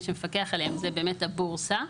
יש מפקח עליהם זה באמת הבורסה,